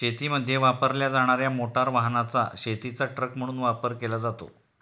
शेतीमध्ये वापरल्या जाणार्या मोटार वाहनाचा शेतीचा ट्रक म्हणून वापर केला जातो